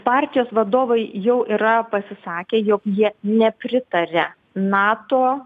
partijos vadovai jau yra pasisakę jog jie nepritaria nato